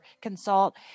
consult